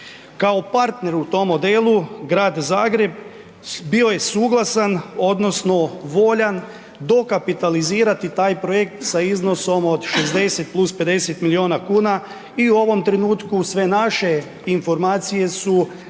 Kao partner u tom modelu, Grad Zagreb, bio je suglasan odnosno voljan dokapitalizirati taj projekt sa iznosom od 60+50 milijuna kuna i u ovom trenutku sve naše informacije su da i